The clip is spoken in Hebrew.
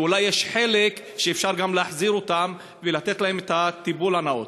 ואולי יש חלק שאפשר גם להחזיר אותם ולתת להם את הטיפול הנאות?